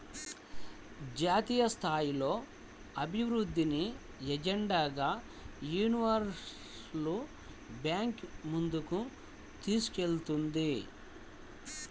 జాతీయస్థాయిలో అభివృద్ధిని ఎజెండాగా యూనివర్సల్ బ్యాంకు ముందుకు తీసుకెళ్తుంది